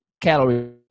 calories